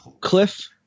Cliff